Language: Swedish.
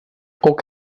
och